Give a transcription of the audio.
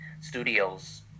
studios